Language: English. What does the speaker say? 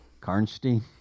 Karnstein